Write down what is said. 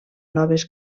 noves